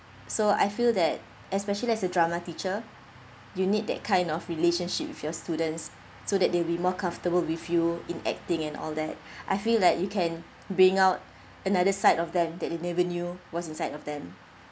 so I feel that especially as a drama teacher you need that kind of relationship with your students so that they'll will be more comfortable with you in acting and all that I feel like you can bring out another side of them that you never knew what's inside of them